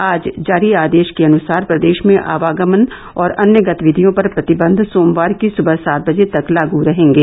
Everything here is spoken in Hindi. आज जारी आदेश के अनुसार प्रदेश में आवागमन और अन्य गतिविधियों पर प्रतिबंध सोमवार की सुबह सात बजे तक लागु रहेंगें